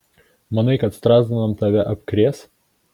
manai kad strazdanom tave apkrės